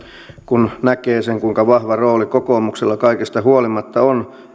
kun näkee sen kuinka vahva rooli kokoomuksella kaikesta huolimatta on